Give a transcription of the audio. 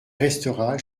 restera